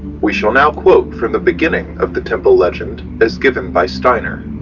we shall now quote from the beginning of the temple legend as given by steiner.